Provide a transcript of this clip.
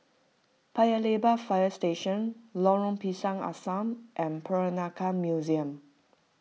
Paya Lebar Fire Station Lorong Pisang Asam and Peranakan Museum